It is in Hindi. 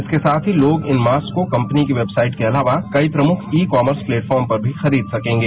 इसके साथ ही लोग इन मास्कको कपनी की वेबसाइट के साथ साथ कई प्रमुख ई कॉमस् प्लेटफॉर्म पर भी खरीद सकेंगे